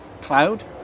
Cloud